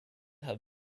have